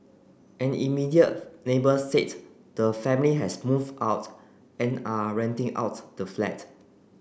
an immediate neighbour said the family has moved out and are renting out the flat